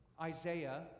Isaiah